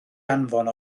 anfon